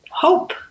Hope